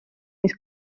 mis